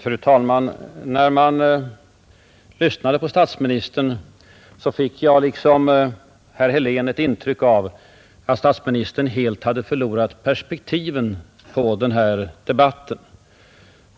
Fru talman! När jag lyssnade på statsministern fick jag liksom herr Helén ett intryck av att statsministern helt hade förlorat perspektivet på debatten.